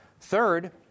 Third